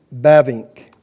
Bavink